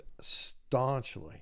staunchly